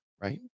right